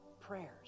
prayers